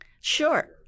Sure